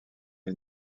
est